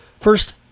First